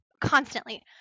constantly